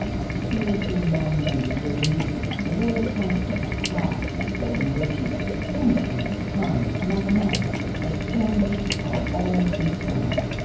a spiritual monument where the meter, the royal constant, pi, golden ratio, chemistry, time, mathematics, astronomy are all inscribed.